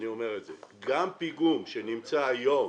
גם פיגום שנמצא היום